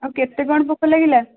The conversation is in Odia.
ଆଉ କେତେ କ'ଣ ପୋକ ଲାଗିଲା